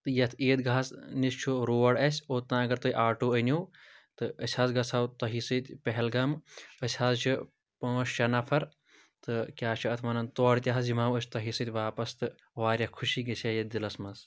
تہٕ یَتھ عیٖدگاہَس نِش چھُ روڈ اَسہِ اوٚتام اگر تُہۍ آٹوٗ أنِو تہٕ أسۍ حظ گژھو تۄہہِ سۭتۍ پہلگام أسۍ حظ چھِ پٲنٛژھ شیےٚ نَفَر تہٕ کیٛاہ چھِ اَتھ وَنان تورٕ تہِ حظ یِمو أسۍ تۄہہِ سۭتۍ واپَس تہٕ واریاہ خُشی گژھِ ہا یَتھ دِلَس منٛز